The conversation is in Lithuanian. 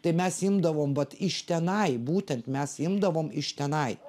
tai mes imdavom vat iš tenai būtent mes imdavom iš tenai